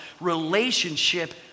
relationship